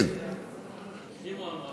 אם הוא אמר.